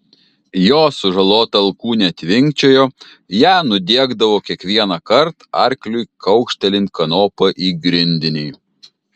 jo sužalota alkūnė tvinkčiojo ją nudiegdavo kiekvienąkart arkliui kaukštelint kanopa į grindinį